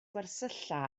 gwersylla